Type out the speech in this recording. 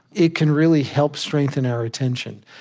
it can really help strengthen our attention.